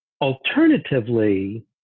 Alternatively